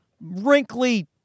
wrinkly